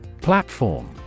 Platform